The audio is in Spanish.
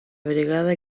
brigada